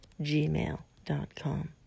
gmail.com